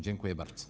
Dziękuję bardzo.